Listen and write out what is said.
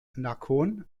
nakhon